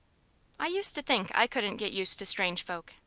i used to think i couldn't get used to strange folk,